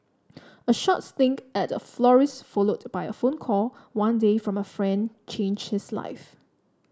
a short stint at a florist's followed by a phone call one day from a friend changed his life